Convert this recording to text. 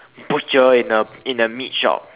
butcher in a meat shop